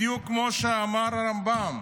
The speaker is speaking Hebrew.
בדיוק כמו שאמר הרמב"ם: